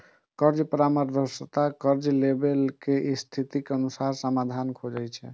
कर्ज परामर्शदाता कर्ज लैबला के स्थितिक अनुसार समाधान खोजै छै